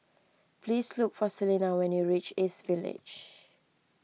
please look for Celena when you reach East Village